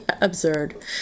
absurd